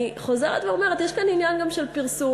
אני חוזרת ואומרת: יש כאן עניין גם של פרסום